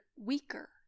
weaker